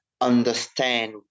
understand